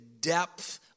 depth